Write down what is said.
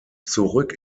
zurück